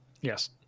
Yes